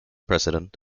president